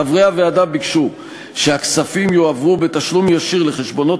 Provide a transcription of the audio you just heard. חברי הוועדה ביקשו שהכספים יועברו בתשלום ישיר לחשבונות